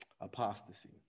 Apostasy